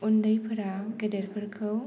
उन्दैफोरा गेदेरफोरखौ